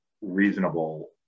reasonable